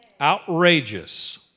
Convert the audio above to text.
Outrageous